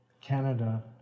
Canada